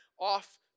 off